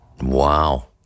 Wow